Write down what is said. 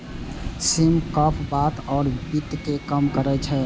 सिम कफ, बात आ पित्त कें कम करै छै